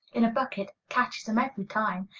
in a bucket. catches em every time.